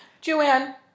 Joanne